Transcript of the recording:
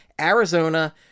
Arizona